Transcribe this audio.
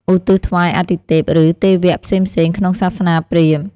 ឧទ្ទិសថ្វាយអាទិទេព ឬទេវៈផ្សេងៗក្នុងសាសនាព្រាហ្មណ៍។